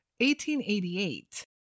1888